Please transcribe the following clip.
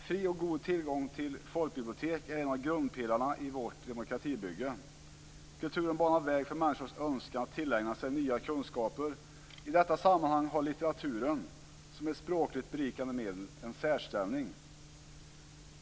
Fri och god tillgång till folkbibliotek är en av grundpelarna i vårt demokratibygge. Kulturen banar väg för människors önskan att tillägna sig nya kunskaper. I detta sammanhang har litteraturen, som ett språkligt berikande medel, en särställning.